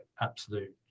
absolute